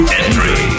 entry